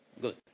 Good